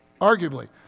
arguably